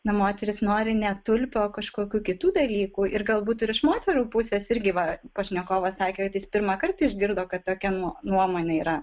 na moterys nori ne tulpių o kažkokių kitų dalykų ir galbūt ir iš moterų pusės irgi va pašnekovas sakė kad jis pirmąkart išgirdo kad tokia nuo nuomonė yra